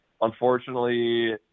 unfortunately